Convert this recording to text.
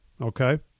Okay